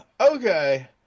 Okay